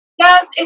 Yes